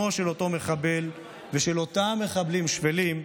של אותו מחבל ושל אותם מחבלים שפלים,